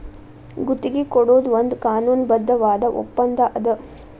ಗುತ್ತಿಗಿ ಕೊಡೊದು ಒಂದ್ ಕಾನೂನುಬದ್ಧವಾದ ಒಪ್ಪಂದಾ ಅದ